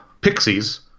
pixies